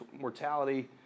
mortality